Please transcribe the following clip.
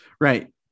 right